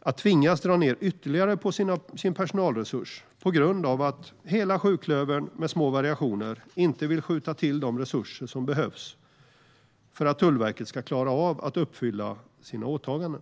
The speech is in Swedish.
att tvingas dra ned ytterligare på sin personalresurs på grund av att sjuklövern, med små variationer, inte vill skjuta till de resurser som behövs för att Tullverket ska klara av att uppfylla sina åtaganden.